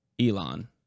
Elon